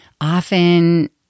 often